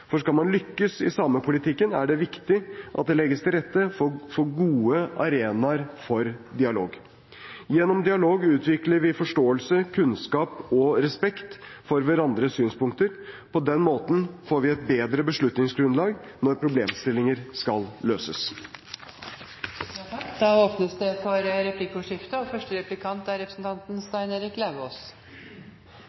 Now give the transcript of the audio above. for skal man lykkes i samepolitikken, er det viktig at det legges til rette for gode arenaer for dialog. Gjennom dialog utvikler vi forståelse, kunnskap og respekt for hverandres synspunkter. På den måten får vi et bedre beslutningsgrunnlag når problemstillinger skal løses. Det blir replikkordskifte. Jeg synes det er fint at statsråden tar opp dette med samisk språk og